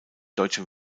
deutsche